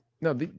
No